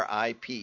RIP